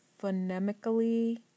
phonemically